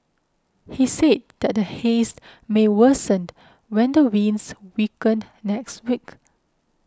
he said that the Haze may worsen when the winds weaken next week